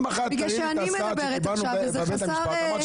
אחת תראי לי את ההצעה שקיבלנו בבית המשפט.